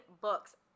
books